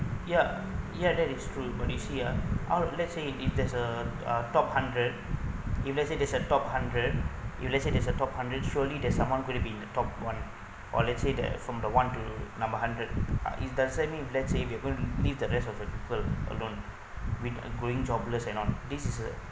ya ya that is true but you see ah how if let's say if there's a a top hundred if let's say there is top hundred if let's say there's a top hundred surely that someone could be at the top one or let's say that from the one to number hundred uh it doesn't mean if let's say if you gonna to live the rest of the people alone with a going jobless and on this is uh